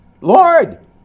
Lord